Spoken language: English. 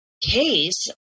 case